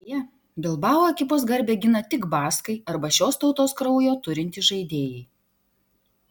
beje bilbao ekipos garbę gina tik baskai arba šios tautos kraujo turintys žaidėjai